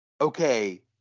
okay